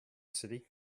city